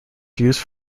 used